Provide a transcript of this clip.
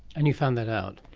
and you found that out?